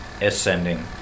ascending